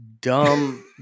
dumb